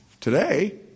today